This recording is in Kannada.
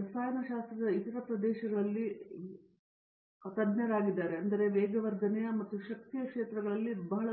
ರಸಾಯನಶಾಸ್ತ್ರದ ಇತರ ಪ್ರದೇಶಗಳಲ್ಲಿ ವೇಗವರ್ಧನೆಯ ಮತ್ತು ಶಕ್ತಿಯ ಕ್ಷೇತ್ರಗಳಲ್ಲಿ ಅವರು ಬಹಳ